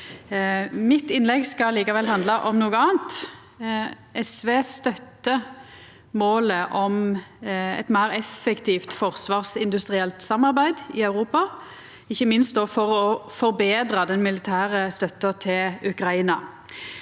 Mitt innlegg skal likevel handla om noko anna. SV støttar målet om eit meir effektivt forsvarsindustrielt samarbeid i Europa, ikkje minst for å forbetra den militære støtta til Ukraina.